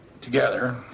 together